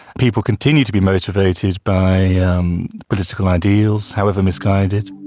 people continue to be motivated by ah um political ideas, however misguided.